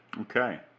Okay